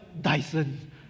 Dyson